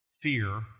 fear